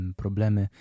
problemy